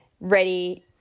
ready